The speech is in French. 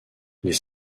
les